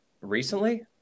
recently